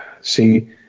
See